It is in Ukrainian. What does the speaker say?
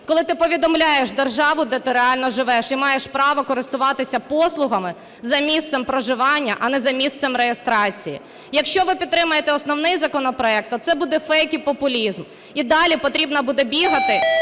коли ти повідомляєш державу, де ти реально живеш, і маєш право користуватися послугами за місцем проживання, а не за місцем реєстрації. Якщо ви підтримаєте основний законопроект, то це буде фейк і популізм, і далі потрібно буде бігати